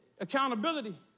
Accountability